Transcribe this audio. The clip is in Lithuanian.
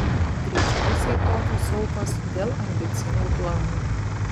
greičiausiai tokios aukos dėl ambicingų planų